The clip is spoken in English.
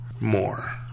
more